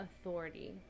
authority